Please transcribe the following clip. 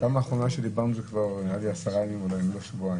בפעם האחרונה שדיברנו זה היה 10 ימים אם לא שבועיים.